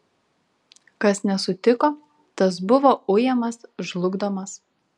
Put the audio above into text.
kas nesutiko tas buvo ujamas žlugdomas